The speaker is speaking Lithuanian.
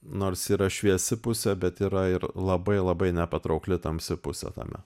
nors yra šviesi pusė bet yra ir labai labai nepatraukli tamsi pusė tame